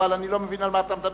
אבל אני לא מבין על מה אתה מדבר,